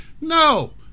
No